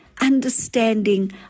understanding